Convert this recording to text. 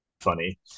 funny